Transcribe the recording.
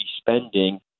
spending